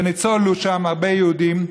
וניצולו שם הרבה יהודים.